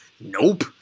Nope